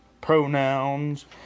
pronouns